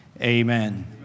Amen